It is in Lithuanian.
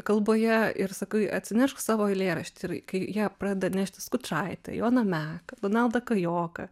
kalboje ir sakai atsinešk savo eilėraštį ir kai jie pradeda nešti skučaitę joną meką donaldą kajoką